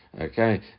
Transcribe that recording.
okay